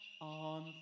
On